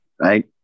right